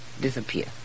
disappear